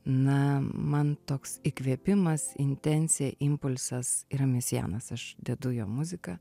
na man toks įkvėpimas intencija impulsas yra mesianas aš dedu jo muziką